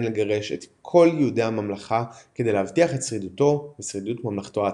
לגרש את כל יהודי הממלכה כדי להבטיח את שרידותו ושרידות ממלכתו העצמאית.